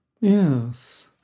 Yes